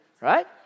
right